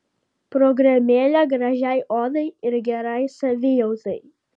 programėlė gražiai odai ir gerai savijautai